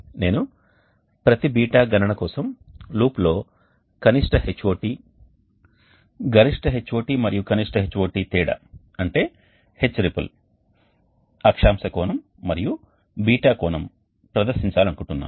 నేను ప్రతి బీటా గణన కోసం లూప్లో కనిష్ట Hot గరిష్ట Hot మరియు కనిష్ట Hot తేడా అంటే HRIPPLE అక్షాంశ కోణం మరియు ß కోణం ప్రదర్శించాలనుకుంటున్నాను